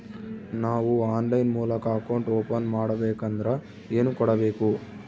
ನಾವು ಆನ್ಲೈನ್ ಮೂಲಕ account open ಮಾಡಬೇಂಕದ್ರ ಏನು ಕೊಡಬೇಕು?